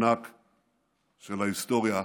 ענק של ההיסטוריה הכללית.